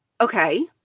Okay